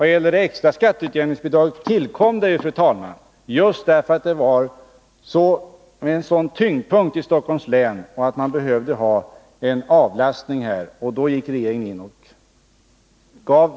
Det extra skatteutjämningsbidraget tillkom, fru talman, just därför att tyngdpunkten låg i Stockholms län, där en avlastning därför blev nödvändig.